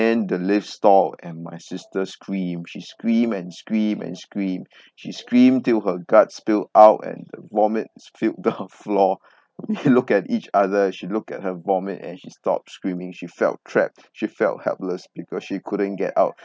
the lift stalled and my sister scream she scream and scream and scream she screamed till her guts spilled out and vomit filled the floor we look at each other she looked at her vomit and she stopped screaming she felt trapped she felt helpless because she couldn't get out